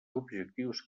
objectius